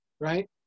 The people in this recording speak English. right